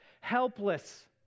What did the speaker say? helpless